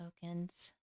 tokens